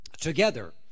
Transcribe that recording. together